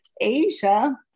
Asia